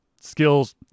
skills